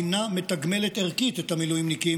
אינה מתגמלת ערכית את המילואימניקים